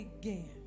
again